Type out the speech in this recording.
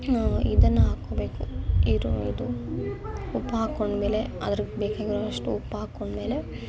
ಇದನ್ನು ಹಾಕೊಳ್ಬೇಕು ಇರು ಇದು ಉಪ್ಪು ಹಾಕ್ಕೊಂಡ್ಮೇಲೆ ಅದಕ್ಕೆ ಬೇಕಾಗಿರೋಷ್ಟು ಉಪ್ಪು ಹಾಕ್ಕೊಂಡ್ಮೇಲೆ